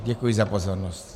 Děkuji za pozornost.